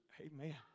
Amen